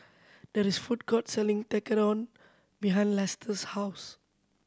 that is the food court selling Tekkadon behind Lester's house